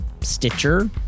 Stitcher